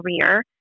career